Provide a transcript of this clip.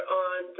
on